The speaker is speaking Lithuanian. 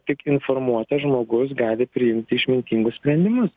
tik informuotas žmogus gali priimti išmintingus sprendimus